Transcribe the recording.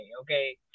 okay